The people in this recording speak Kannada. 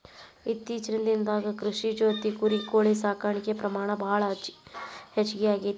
ಇತ್ತೇಚಿನ ದಿನದಾಗ ಕೃಷಿ ಜೊತಿ ಕುರಿ, ಕೋಳಿ ಸಾಕಾಣಿಕೆ ಪ್ರಮಾಣ ಭಾಳ ಹೆಚಗಿ ಆಗೆತಿ